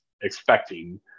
expecting